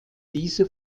diese